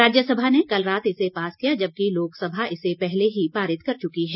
राज्यसभा ने कल रात इसे पास किया जबकि लोकसभा इसे पहले ही पारित कर चुकी है